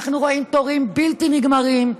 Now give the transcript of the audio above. אנחנו רואים תורים בלתי נגמרים,